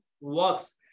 works